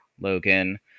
Logan